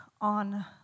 on